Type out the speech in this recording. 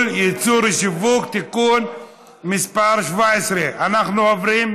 (ייצור ושיווק) (תיקון מס' 17). אנחנו עוברים,